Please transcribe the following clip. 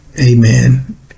Amen